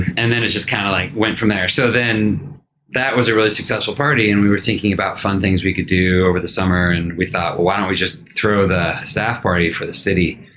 and then it just kind of like went from there. so that was a really successful party and we were thinking about fun things we could do over the summer. and we thought, well, why don't we just throw the staff party for the city?